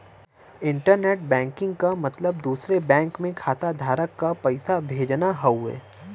internet banking क मतलब दूसरे बैंक में खाताधारक क पैसा भेजना हउवे